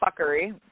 fuckery